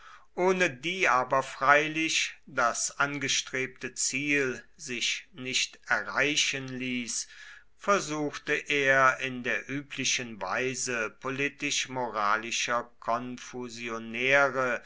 ohne die aber freilich das angestrebte ziel sich nicht erreichen ließ versuchte er in der üblichen weise politisch moralischer konfusionäre